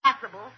possible